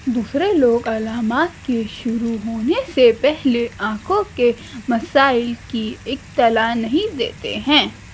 دوسرے لوگ علامات کے شروع ہونے سے پہلے آنکھوں کے مسائل کی اطلاع نہیں دیتے ہیں